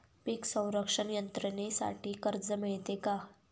पीक संरक्षण यंत्रणेसाठी कर्ज मिळते का?